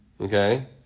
okay